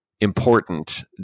important